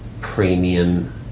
premium